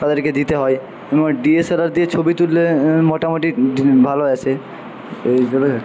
তাদেরকে দিতে হয় ডি এস এল আর দিয়ে ছবি তুললে মোটামোটি ভালো আসে